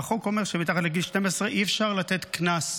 והחוק אומר שמתחת לגיל 12 אי-אפשר לתת קנס,